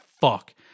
fuck